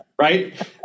Right